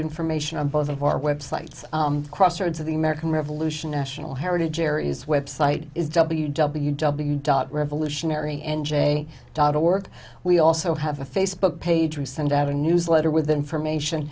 information on both of our websites crossroads of the american revolution national heritage aries website is w w w dot revolutionary n j dot org we also have a facebook page we send out a newsletter with information